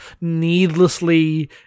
Needlessly